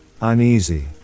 uneasy